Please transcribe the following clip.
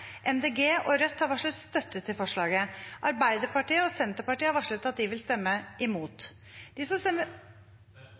Grønne og Rødt har varslet støtte til forslaget. Arbeiderpartiet og Senterpartiet har varslet at de vil stemme imot.